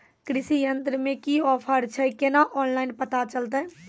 कृषि यंत्र मे की ऑफर छै केना ऑनलाइन पता चलतै?